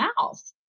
mouth